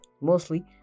mostly